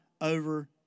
over